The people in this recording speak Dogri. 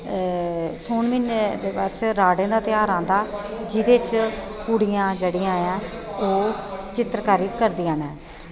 सौन म्हीनै दे बाद च राह्ड़ें दा ध्यार आंदा जेह्दे च कुड़ियां जेह्ड़ियां ओह् चित्तरकारी करदियां न